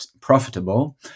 profitable